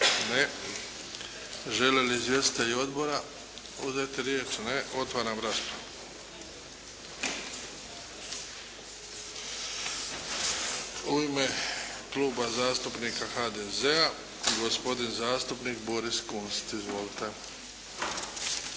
Ne. Žele li izvjestitelji Odbora uzeti riječ? Ne. Otvaram raspravu. U ime Kluba zastupnika HDZ-a gospodin zastupnik Boris Kunst. Izvolite.